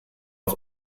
auf